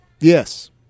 Yes